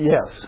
Yes